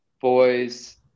boys